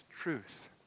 truth